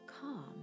calm